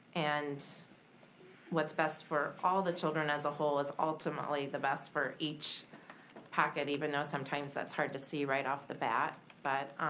and what's best for all the children as a whole is ultimately the best for each pocket, even though sometimes that's hard to see right off the bat. but